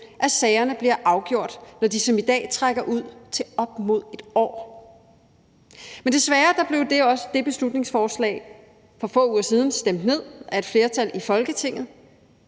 at sagerne bliver afgjort, når de som i dag trækker ud til op imod et år. Men desværre blev det beslutningsforslag for få uger siden stemt ned af et flertal i Folketinget.